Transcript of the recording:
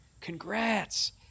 congrats